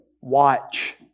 Watch